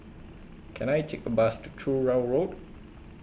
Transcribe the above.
Can I Take A Bus to Truro Road